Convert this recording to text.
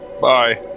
Bye